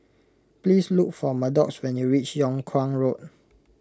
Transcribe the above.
please look for Maddox when you reach Yung Kuang Road